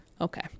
Okay